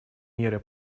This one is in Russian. меры